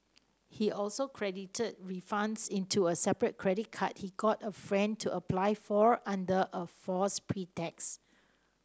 he also credited refunds into a separate credit card he got a friend to apply for under a false pretext